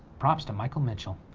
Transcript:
props to michael mitchell.